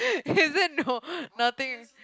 is it no nothing